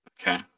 Okay